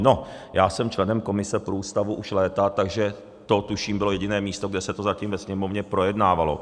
No, já jsem členem komise pro Ústavu už léta, takže to, tuším, bylo jediné místo, kde se to zatím ve Sněmovně projednávalo.